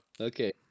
Okay